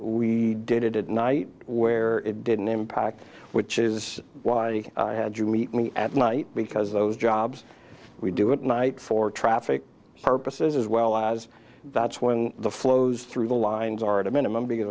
we did it at night where it didn't impact which is why you had to meet me at night because those jobs we do at night for traffic purposes as well as that's when the flows through the lines are at a minimum